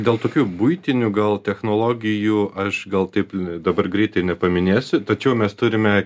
dėl tokių buitinių gal technologijų aš gal taip dabar greitai ir nepaminėsiu tačiau mes turime